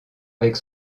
avec